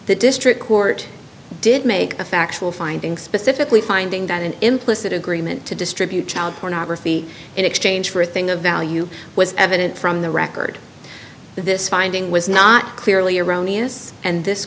the district court did make the factual findings specifically finding that an implicit agreement to distribute child pornography in exchange for a thing of value was evident from the record this finding was not clearly erroneous and this